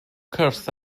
cwrdd